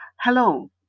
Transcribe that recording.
Hello